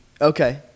Okay